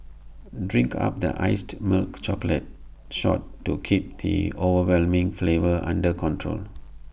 drink up the iced milk chocolate shot to keep the overwhelming flavour under control